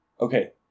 okay